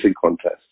contest